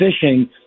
fishing